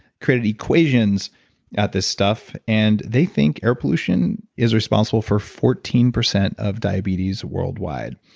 created equations at this stuff, and they think air pollution is responsible for fourteen percent of diabetes worldwide.